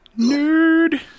Nerd